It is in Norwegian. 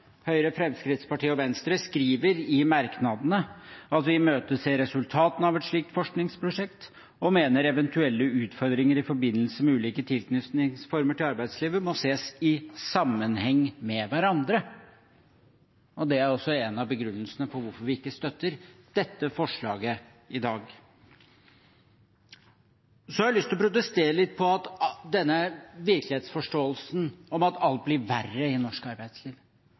Høyre, Fremskrittspartiet og Venstre – skriver i merknadene at «vi imøteser resultatene av et slikt forskningsprosjekt og mener eventuelle utfordringer i forbindelse med ulike tilknytningsformer til arbeidslivet må ses i sammenheng med hverandre». Det er også en av begrunnelsene for hvorfor vi ikke støtter dette forslaget i dag. Jeg har lyst til å protestere litt på denne virkelighetsforståelsen om at alt blir verre i norsk arbeidsliv.